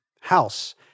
house